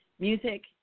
Music